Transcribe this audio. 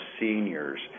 seniors